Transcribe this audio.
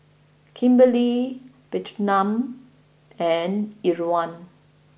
Kimberli Bertram and Irwin